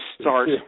start